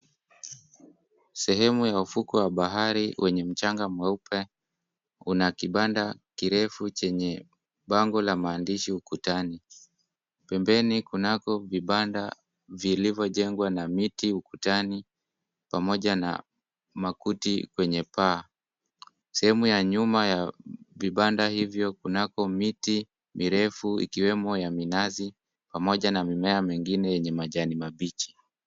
Sehemu ya ufukwe wa bahari wenye mchanga mweupe. Kuna kibanda kirefu chenye bango la maandishi ukutani. Pembeni kunako vibanda vilivyojengwa na miti ukutani pamoja na makuti kwenye paa. Sehemu ya nyuma ya vibanda hivyo kunako miti mirefu ikiwemo ya minazi pamoja na mimea mingine yenye majani mabichi.